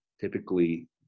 typically